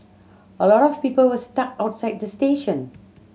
a lot of people were stuck outside the station